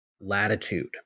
latitude